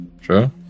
Sure